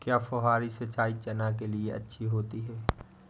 क्या फुहारी सिंचाई चना के लिए अच्छी होती है?